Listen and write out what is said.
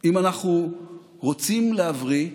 אם אנחנו רוצים להבריא,